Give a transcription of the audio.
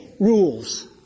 rules